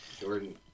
Jordan